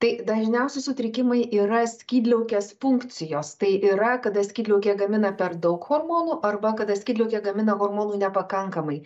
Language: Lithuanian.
tai dažniausi sutrikimai yra skydliaukės funkcijos tai yra kada skydliaukė gamina per daug hormonų arba kada skydliaukė gamina hormonų nepakankamai